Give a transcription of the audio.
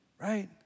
right